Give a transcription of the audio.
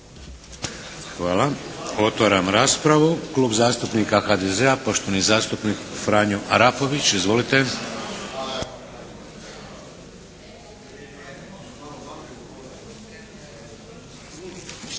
Hvala. Otvaram raspravu. Klub zastupnika HDZ-a, poštovani zastupnik Franjo Arapović. Izvolite!